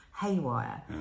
Haywire